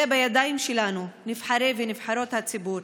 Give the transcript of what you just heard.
זה בידיים שלנו, נבחרות ונבחרי הציבור.